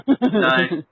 Nice